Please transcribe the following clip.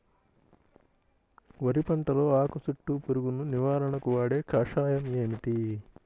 వరి పంటలో ఆకు చుట్టూ పురుగును నివారణకు వాడే కషాయం ఏమిటి?